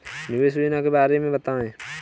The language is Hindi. निवेश योजना के बारे में बताएँ?